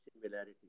similarity